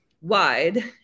wide